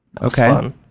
Okay